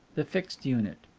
the fixed unit.